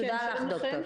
שלום לכם,